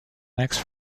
next